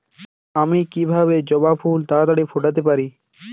আমি কিভাবে জবা ফুল তাড়াতাড়ি ফোটাতে পারি?